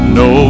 no